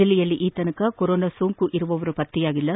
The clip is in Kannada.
ಜಿಲ್ಲೆಯಲ್ಲಿ ಇದುವರೆಗೆ ಕೊರೋನಾ ಸೋಂಕು ಇರುವವರು ಪತ್ತೆಯಾಗಿಲ್ಲ